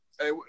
Hey